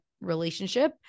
relationship